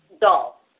dull